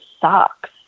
sucks